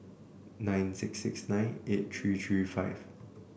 nine six six nine eight three three five